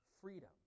freedom